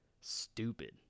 stupid